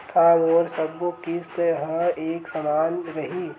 का मोर सबो किस्त ह एक समान रहि?